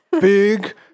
big